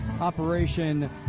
Operation